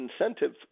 incentive